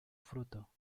fruto